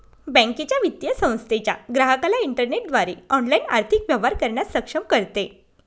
बँकेच्या, वित्तीय संस्थेच्या ग्राहकाला इंटरनेटद्वारे ऑनलाइन आर्थिक व्यवहार करण्यास सक्षम करते